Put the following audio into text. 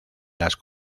las